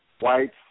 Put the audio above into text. Whites